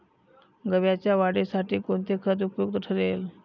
गव्हाच्या वाढीसाठी कोणते खत उपयुक्त ठरेल?